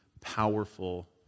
powerful